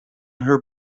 her